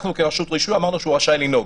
אנחנו, כרשות רישוי, אמרנו שהוא רשאי לנהוג.